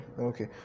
okay